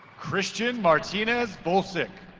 christian martinez-volcic.